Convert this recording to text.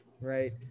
Right